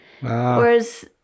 whereas